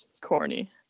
Corny